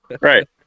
right